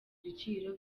ibiciro